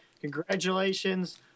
Congratulations